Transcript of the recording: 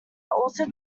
also